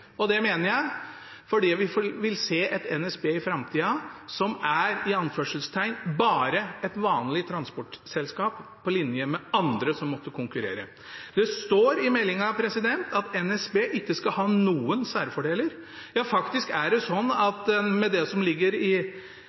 Og det mener jeg, fordi vi vil se et NSB i framtiden som er «bare» et vanlig transportselskap på linje med andre som måtte konkurrere. Det står i meldingen at NSB ikke skal ha noen særfordeler – ja, faktisk er det sånn at en med det som ligger i